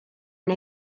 and